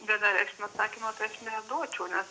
vienareikšmio atsakymo tai aš neduočiau nes